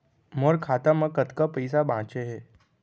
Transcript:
मोर खाता मा कतका पइसा बांचे हे?